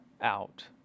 out